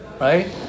Right